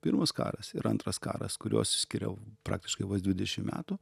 pirmas karas ir antras karas kuriuos skyriau praktiškai vos dvidešim metų